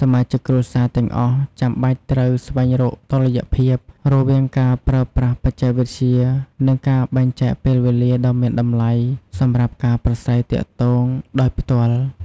សមាជិកគ្រួសារទាំងអស់ចាំបាច់ត្រូវ ស្វែងរកតុល្យភាព រវាងការប្រើប្រាស់បច្ចេកវិទ្យា និងការបែងចែកពេលវេលាដ៏មានតម្លៃសម្រាប់ការប្រាស្រ័យទាក់ទងដោយផ្ទាល់។